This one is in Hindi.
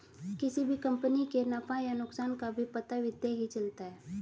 किसी भी कम्पनी के नफ़ा या नुकसान का भी पता वित्त ही चलता है